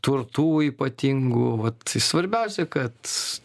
turtų ypatingų vat svarbiausia kad